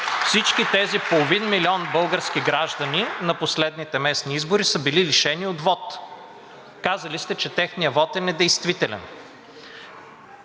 Всички тези половин милион български граждани на последните местни избори са били лишени от вот. Казали сте, че техният вот е недействителен,